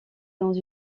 dans